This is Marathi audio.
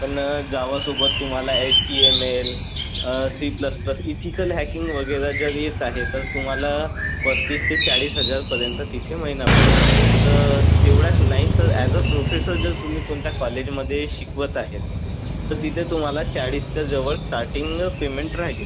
पण जावासोबत तुम्हाला H T M L C plus plus ethical hacking वगैरे येत आहे तर तुम्हाला पस्तीस ते चाळीस हजारपर्यंत तिथे महिना पडेल फक्त तेवढंच नाही तर अॅज अ प्रोफेसर जर तुम्ही कोणत्या कॉलेजमध्ये शिकवत आहेत तर तिथे तुम्हाला चाळीसच्या जवळ स्टार्टिंग पेमेंट राहील